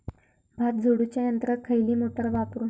भात झोडूच्या यंत्राक खयली मोटार वापरू?